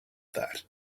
that